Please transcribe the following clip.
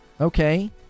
okay